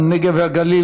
הנגב והגליל,